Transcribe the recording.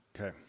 Okay